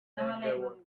hangover